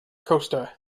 costa